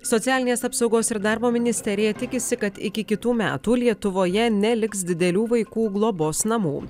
socialinės apsaugos ir darbo ministerija tikisi kad iki kitų metų lietuvoje neliks didelių vaikų globos namų